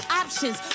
options